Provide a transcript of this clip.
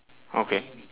okay